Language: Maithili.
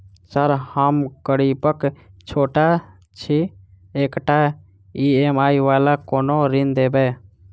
सर हम गरीबक बेटा छी एकटा ई.एम.आई वला कोनो ऋण देबै?